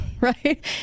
right